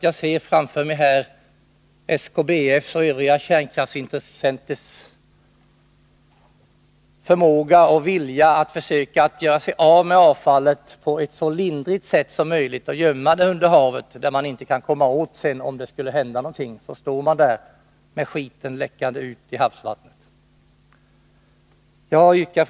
Jag ser framför mig SKBF:s och övriga kärnkraftsintressenters förmåga och vilja att göra sig av med avfallet på ett så lindrigt sätt som möjligt och gömma det under havet, där vi inte kan komma åt det om det skulle hända någonting. Då står vi där med skiten läckande ut i havsvattnet. Fru talman!